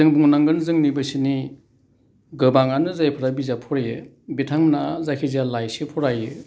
जों बुंनांगोन जोंनि बैसोनि गोबाङानो जायफ्रा बिजाब फरायो बिथांमोना जायखिजाया लाइसि फरायो